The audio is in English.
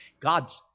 God's